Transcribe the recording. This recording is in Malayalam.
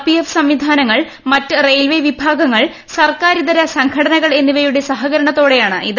പിഎഫ് സംവിധാനങ്ങൾ മറ്റ് റെയിൽവെ വിഭാഗങ്ങൾ സർക്കാരിതര സംഘനടകൾ എന്നിവയുടെ സഹകരണത്തോടെയാണിത്